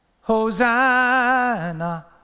Hosanna